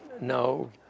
No